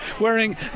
wearing